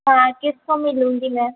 हाँ किस्तों में लूँगी मैं